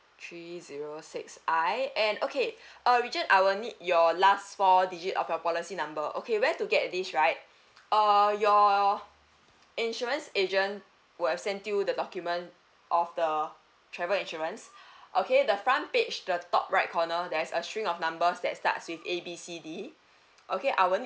three zero six I and okay uh richard I will need your last four digit of your policy number okay where to get the dish right err your insurance agent will have sent you the document of the travel insurance okay the front page the top right corner there's a string of numbers that starts with A B C D okay I will